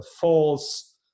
false